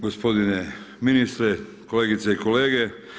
Gospodine ministre, kolegice i kolege.